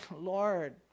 Lord